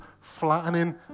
flattening